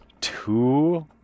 two